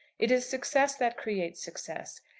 it is success that creates success,